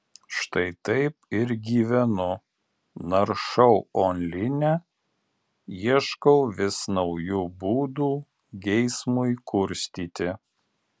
štai taip ir gyvenu naršau online ieškau vis naujų būdų geismui kurstyti